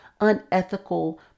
unethical